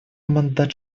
мандат